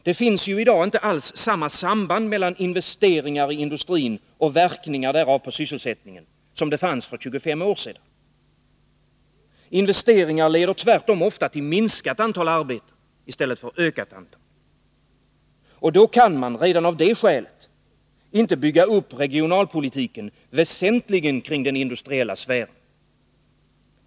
Det finns ju i dag inte alls samma samband mellan investeringar i industrin och verkningarna därav på sysselsättningen som det fanns för 25 år sedan. Investeringar leder tvärtom ofta till minskat antal arbeten. Då kan man — redan av det skälet — inte bygga upp regionalpolitiken väsentligen kring den industriella sfären.